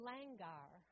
Langar